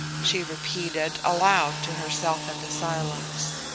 she repeated aloud to herself in the silence.